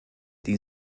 die